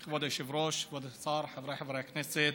כבוד היושב-ראש, כבוד השר, חבריי חברי הכנסת,